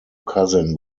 cousin